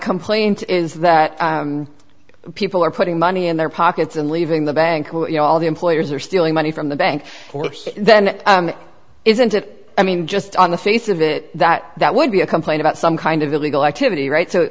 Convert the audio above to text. complaint is that people are putting money in their pockets and leaving the bank well you know all the employers are stealing money from the bank then isn't it i mean just on the face of it that that would be a complaint about some kind of illegal activity right so